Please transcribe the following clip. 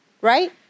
Right